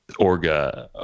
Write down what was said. Orga